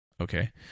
okay